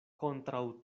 kontraŭ